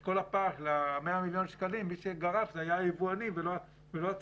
את כל הפער של ה-100 מיליון שקלים מי שגרס היו היבואנים ולא הצרכן.